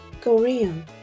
Korean